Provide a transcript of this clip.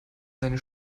seine